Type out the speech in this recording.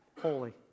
Holy